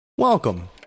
Welcome